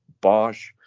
Bosch